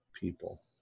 people